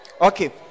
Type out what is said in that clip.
Okay